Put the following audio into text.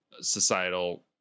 societal